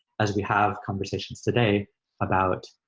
as we have conversations today about